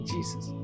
Jesus